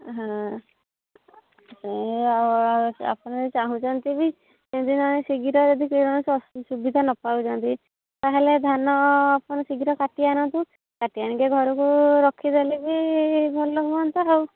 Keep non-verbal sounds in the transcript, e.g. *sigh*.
ହଁ ନାହିଁ ଆଉ ଆପଣ ଯଦି ଚାହୁଁଛନ୍ତି ବି *unintelligible* ସୁବିଧା ନପାଉଛନ୍ତି ତାହେଲେ ଧାନକୁ ଶୀଘ୍ର କାଟି ଆଣନ୍ତୁ କାଟି ଆଣିକି ଘରକୁ ରଖିଦେଲେ ବି ଭଲହୁଅନ୍ତା ଆଉ